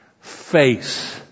face